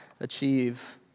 achieve